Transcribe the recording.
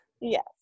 Yes